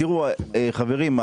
חברים,